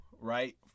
right